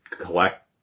collect